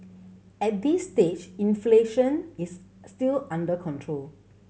at this stage inflation is still under control